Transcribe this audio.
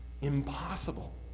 impossible